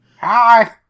Hi